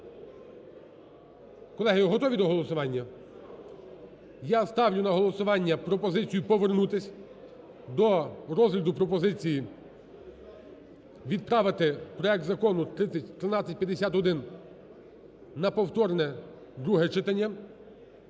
Колеги, готові до голосування? Я ставлю на голосування пропозицію повернутися до розгляду пропозицій: відправити проект закону 1351 на повторне друге читання.